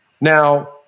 Now